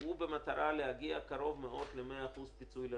ושנציג את זה גם לחברי ועדת הכספים, אין